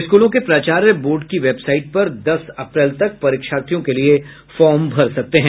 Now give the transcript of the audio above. स्कूलों के प्राचार्य बोर्ड की वेबसाईट पर दस अप्रैल तक परीक्षार्थियों के लिए फॉर्म भर सकते हैं